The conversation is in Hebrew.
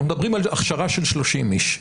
אנחנו מדברים על הכשרה של 30 איש.